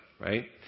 Right